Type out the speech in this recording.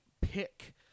pick